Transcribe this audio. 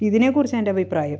ഇതിനെ കുറിച്ചെൻ്റഭിപ്രായം